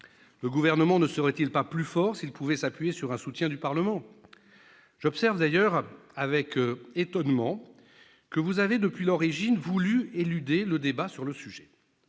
Le Gouvernement ne serait-il pas plus fort s'il pouvait s'appuyer sur un soutien du Parlement ? J'observe d'ailleurs avec étonnement que vous avez, depuis l'origine, voulu éluder le débat sur le sujet.